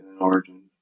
origin